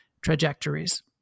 trajectories